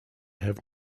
have